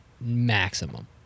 maximum